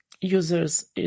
users